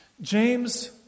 James